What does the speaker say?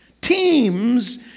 Teams